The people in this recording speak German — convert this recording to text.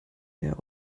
der